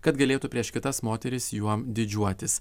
kad galėtų prieš kitas moteris juo didžiuotis